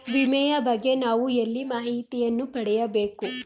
ವಿಮೆಯ ಬಗ್ಗೆ ನಾವು ಎಲ್ಲಿ ಮಾಹಿತಿಯನ್ನು ಪಡೆಯಬೇಕು?